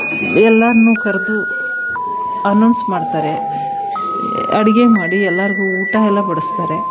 ಎಲ್ಲರನ್ನೂ ಕರೆದು ಅನೌನ್ಸ್ ಮಾಡ್ತಾರೆ ಅಡುಗೆ ಮಾಡಿ ಎಲ್ಲರಿಗೂ ಊಟಯೆಲ್ಲ ಬಡಿಸ್ತಾರೆ